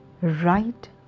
right